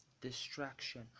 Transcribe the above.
Distraction